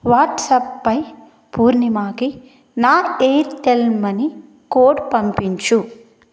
వాట్సాప్పై పూర్ణిమాకి నా Airtel money code పంపించు